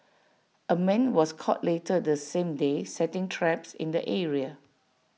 A man was caught later the same day setting traps in the area